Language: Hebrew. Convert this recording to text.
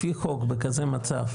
לפי חוק בכזה מצב,